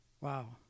Wow